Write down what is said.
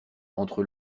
entre